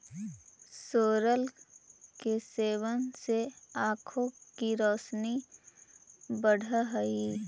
सोरल के सेवन से आंखों की रोशनी बढ़अ हई